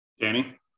Danny